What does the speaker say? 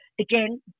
again